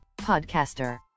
podcaster